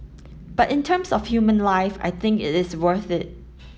but in terms of human life I think it is worth it